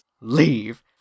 Leave